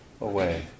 away